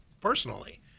personally